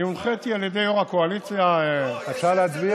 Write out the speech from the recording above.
הונחיתי על ידי יו"ר הקואליציה, לא.